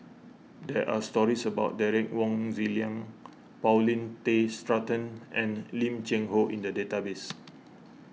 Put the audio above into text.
there are stories about Derek Wong Zi Liang Paulin Tay Straughan and Lim Cheng Hoe in the database